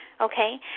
Okay